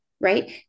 right